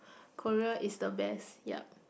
Korea is the best yup